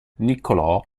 niccolò